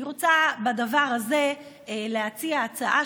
אני רוצה בדבר הזה להציע הצעה,